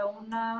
una